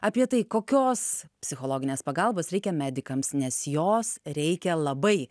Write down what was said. apie tai kokios psichologinės pagalbos reikia medikams nes jos reikia labai